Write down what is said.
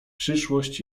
przyszłość